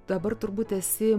dabar turbūt esi